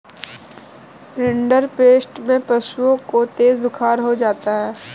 rinderpest में पशुओं को तेज बुखार हो जाता है